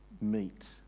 meet